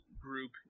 group